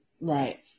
right